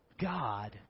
God